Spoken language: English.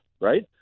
Right